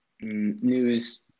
news